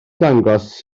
dangos